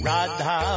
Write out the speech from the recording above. Radha